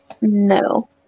No